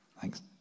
Thanks